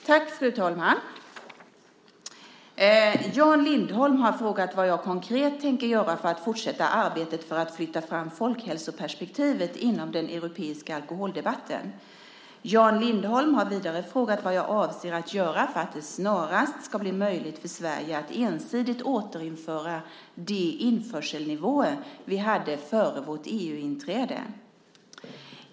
Fru talman! Jan Lindholm har frågat vad jag konkret tänker göra för att fortsätta arbetet för att flytta fram folkhälsoperspektivet inom den europeiska alkoholdebatten. Jan Lindholm har vidare frågat vad jag avser att göra för att det snarast ska bli möjligt för Sverige att ensidigt återinföra de införselnivåer vi hade före vårt EU-inträde.